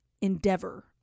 endeavor